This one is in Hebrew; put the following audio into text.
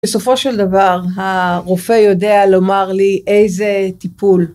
בסופו של דבר הרופא יודע לומר לי איזה טיפול.